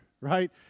Right